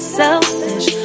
selfish